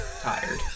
tired